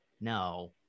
No